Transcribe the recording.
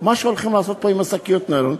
מה שהולכים לעשות פה עם שקיות הניילון,